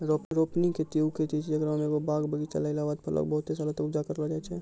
रोपनी खेती उ खेती छै जेकरा मे एगो बाग बगीचा लगैला के बाद फलो के बहुते सालो तक उपजा करलो जाय छै